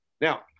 Now